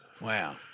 Wow